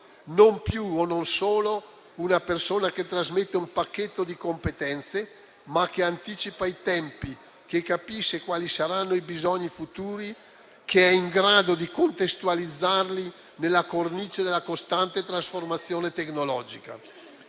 non più o non solo una persona che trasmette un pacchetto di competenze, ma che anticipa i tempi, che capisce quali saranno i bisogni futuri, che è in grado di contestualizzarli nella cornice della costante trasformazione tecnologica.